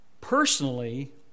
Personally